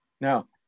Now